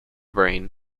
brain